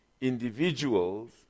individuals